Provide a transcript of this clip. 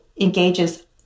engages